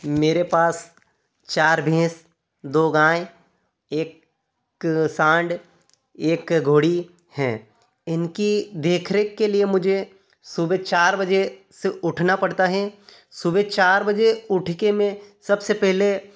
मेरे पास चार भैंस दो गाय एक सांड एक घोड़ी है इनकी देख रेख के लिए मुझे सुबह चार बजे से उठना पड़ता है सुबह चार बजे उठकर मैं सबसे पहले